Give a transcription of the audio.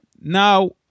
now